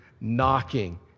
knocking